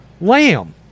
lamb